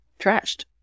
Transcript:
trashed